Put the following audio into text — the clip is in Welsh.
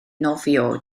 nofio